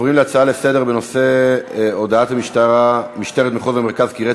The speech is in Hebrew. הנושא הבא: הודעת משטרת מחוז המרכז כי המניע